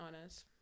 honest